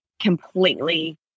completely